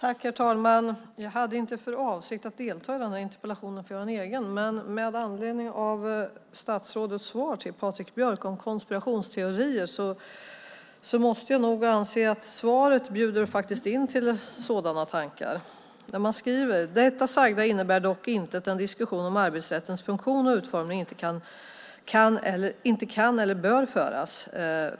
Herr talman! Jag hade inte för avsikt att delta i den här interpellationsdebatten, men statsrådets svar till Patrik Björck om konspirationsteorier bjuder in till det. Man skriver: Det sagda innebär dock inte att en diskussion om arbetsrättens funktion och utformning inte kan eller bör föras.